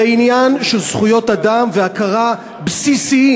זה עניין של זכויות אדם והכרה בסיסיות,